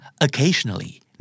occasionally